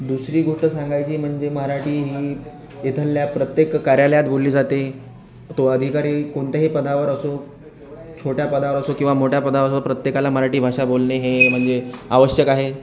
दुसरी गोष्ट सांगायची म्हणजे मराठी ही इथल्या प्रत्येक कार्यालयात बोलली जाते तो अधिकारी कोणत्याही पदावर असो छोट्या पदावर असो किंवा मोठ्या पदावर प्रत्येकाला मराठी भाषा बोलणे हे म्हणजे आवश्यक आहे